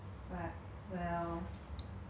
everytime I think of it I just get angry